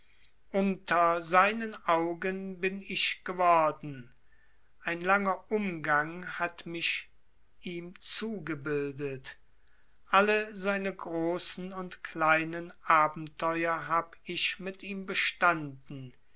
unter seinen augen bin ich geworden ein langer umgang hat mich ihm zugebildet alle seine großen und kleinen abenteuer hab ich mit ihm bestanden